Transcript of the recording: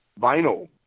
vinyl